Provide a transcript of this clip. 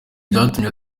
byatumye